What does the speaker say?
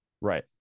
Right